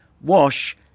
wash